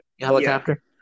helicopter